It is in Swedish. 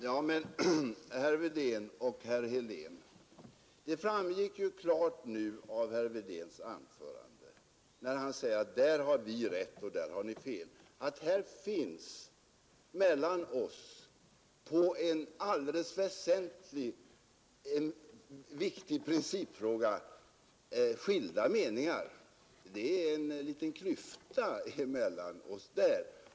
Fru talman! Det framgick ju, herr Wedén och herr Helén, klart nu av herr Wedéns anförande, när han säger att där har vi rätt och där har ni fel, att här finns mellan oss i en viktig principfråga skilda meningar. Det är en klyfta mellan oss här.